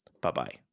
Bye-bye